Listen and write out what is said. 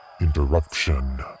Interruption